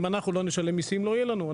אם אנחנו לא נשלם מיסים לא יהיה לנו.